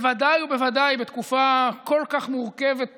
ובוודאי ובוודאי בתקופה כל כך מורכבת בריאותית,